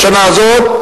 בשנה הזאת,